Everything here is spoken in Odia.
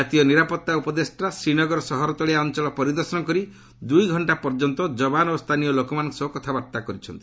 କାତୀୟ ନିରାପତ୍ତା ଉପଦେଷ୍ଟା ଶ୍ରୀନଗର ସହରର ତଳିଆ ଅଞ୍ଚଳ ପରିଦର୍ଶନ କରି ଦୂଇ ଘଣ୍ଟା ପର୍ଯ୍ୟନ୍ତ ଯବାନ ଓ ସ୍ଥାନୀୟ ଲୋକମାନଙ୍କ ସହ କଥାବାର୍ତ୍ତା କରିଛନ୍ତି